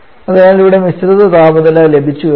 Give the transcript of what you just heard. അതിനാൽ ഇവിടെ മിശ്രിത താപനില ലഭിച്ചു